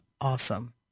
awesome